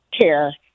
care